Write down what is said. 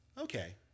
Okay